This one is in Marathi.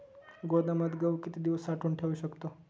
गोदामात गहू किती दिवस साठवून ठेवू शकतो?